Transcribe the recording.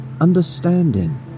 understanding